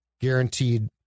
guaranteed